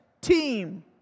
team